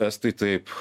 estai taip